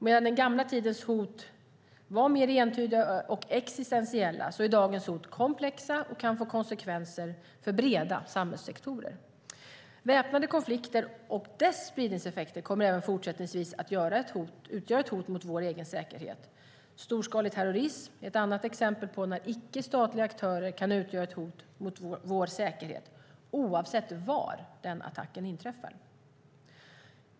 Medan den gamla tidens hot var mer entydiga och existentiella är dagens hot komplexa och kan få konsekvenser för breda samhällssektorer. Väpnade konflikter och deras spridningseffekter kommer även fortsättningsvis att utgöra ett hot mot vår egen säkerhet. Storskalig terrorism är ett annat exempel på när icke statliga aktörer kan utgöra ett hot mot vår säkerhet, oavsett var den attacken inträffar.